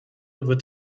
wird